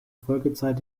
folgezeit